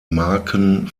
marken